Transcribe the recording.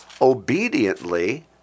obediently